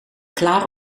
klaar